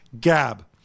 gab